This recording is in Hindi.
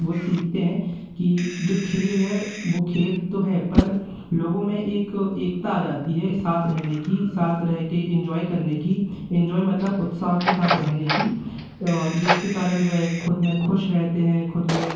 वो सीखते हैं कि जो खेल है वह खेल तो है पर लोगों में एक एकता आ जाती है साथ रहने की साथ रहे के एन्जॉय करने की एन्जॉय मतलब उत्साह के साथ रहने की जिसके कारण वह ख़ुद में खुश रहते हैं ख़ुद में